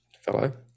fellow